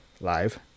live